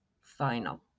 final